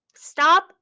Stop